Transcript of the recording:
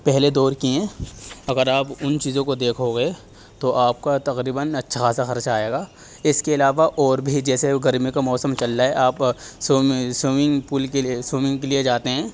پہلے دور کی ہیں اگر آپ ان چیزوں کو دیکھو گے تو آپ کا تقریباً اچھا خاصہ خرچہ آئے گا اس کے علاوہ اور بھی جیسے گرمیوں کا موسم چل رہا ہے آپ سوئمنگ پل کے لیے سوئمنگ کے لیے جاتے ہیں